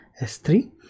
s3